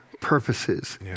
purposes